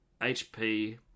HP